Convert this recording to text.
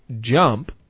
jump